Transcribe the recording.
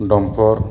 dumper